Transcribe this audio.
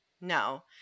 No